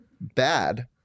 Bad